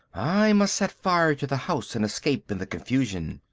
i must set fire to the house and escape in the confusion.